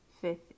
fifth